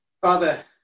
Father